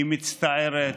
היא מצטערת,